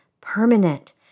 permanent